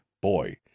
boy